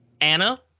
Anna